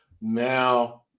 now